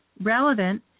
Relevant